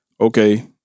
Okay